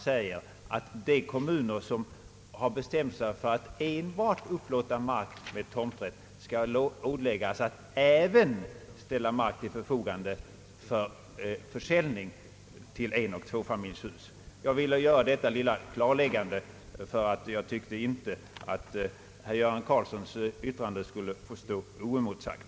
Motionärerna vill att de kommuner som har bestämt sig för att enbart upplåta mark med tomträtt skall åläggas att även ställa mark till förfogande för försäljning till dem som önskar bygga enoch tvåfamiljshus. Jag ville göra detta lilla klarläggande, ty jag tycker inte att herr Karlssons yttrande bör få stå oemotsagt.